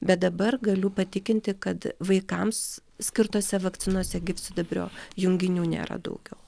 bet dabar galiu patikinti kad vaikams skirtose vakcinose gyvsidabrio junginių nėra daugiau